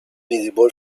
visible